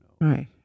Right